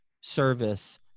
service